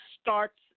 starts